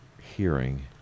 hearing